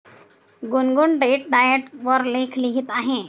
गुनगुन डेट डाएट वर लेख लिहित आहे